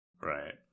Right